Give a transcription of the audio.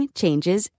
changes